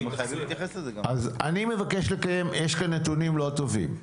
יש כאן נתונים לא טובים.